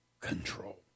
control